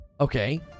Okay